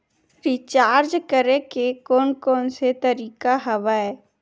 Recharge करे के कोन कोन से तरीका हवय?